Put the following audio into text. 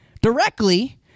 directly